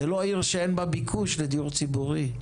זו לא העיר שאין בה ביקוש לדיור ציבורי,